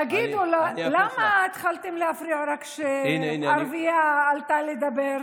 תגידו, למה התחלתם להפריע רק כשערבייה עלתה לדבר?